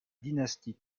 dynastie